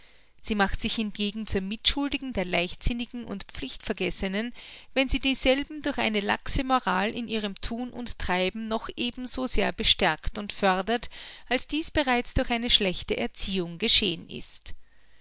sie macht sich hingegen zur mitschuldigen der leichtsinnigen und pflichtvergessenen wenn sie dieselben durch eine laxe moral in ihrem thun und treiben noch eben so sehr bestärkt und fördert als dies bereits durch eine schlechte erziehung geschehen ist